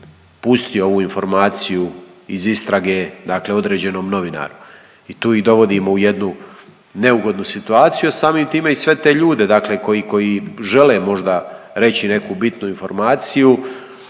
pustio ovu informaciju iz istrage, dakle određenom novinaru i tu ih dovodimo u jednu neugodnu situaciju, a samim time i sve te ljude, dakle koji žele možda reći neku bitnu informaciju.